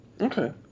okay